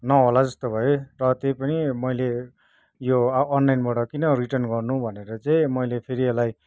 नहोला जस्तो भयो र त्यही पनि मैले यो अनलाइनबाट किन रिटर्न गर्नु भनेर चाहिँ मैले फेरि यसलाई